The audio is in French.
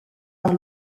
par